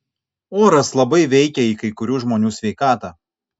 oras labai veikia į kai kurių žmonių sveikatą